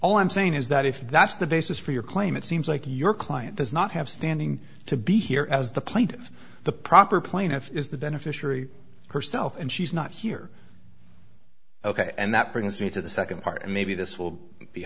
all i'm saying is that if that's the basis for your claim it seems like your client does not have standing to be here as the plate of the proper plaintiff is the beneficiary herself and she's not here ok and that brings you to the second part and maybe this will be